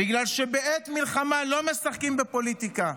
אלא בגלל שבעת מלחמה לא משחקים בפוליטיקה.